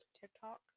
TikTok